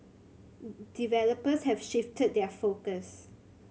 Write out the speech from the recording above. developers have shifted their focus